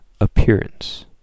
appearance